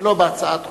ולא בהצעת חוק,